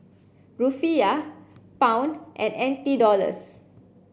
Rufiyaa Pound and N T Dollars